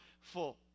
full